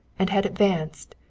and had advanced,